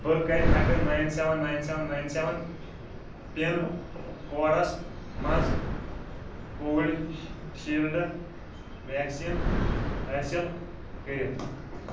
بہٕ کتہِ ہیٚکہٕ nine seven nine seven nine seven pin codes مَنٛز کووِشیٖلڈ ویکسیٖن حٲصِل کٔرِتھ